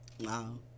Wow